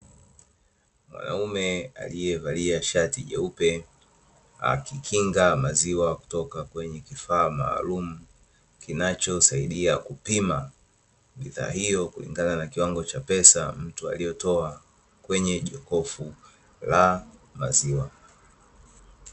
Mwanaume alievalia shati jeupe, akikinga maziwa kutoka kwenye kifaa maalumu kinachosaidia kupima bidhaa hiyo kulingana na kiwango cha pesa mtu alichotoa kwenye jokofu la maziwa.